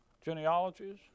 genealogies